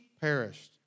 perished